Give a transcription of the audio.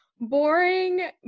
boring